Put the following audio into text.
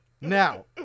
Now